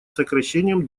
сокращением